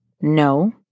no